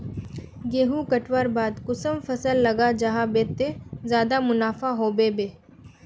गेंहू कटवार बाद कुंसम फसल लगा जाहा बे ते ज्यादा मुनाफा होबे बे?